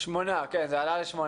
המספר עלה לשמונה.